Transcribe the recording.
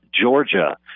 Georgia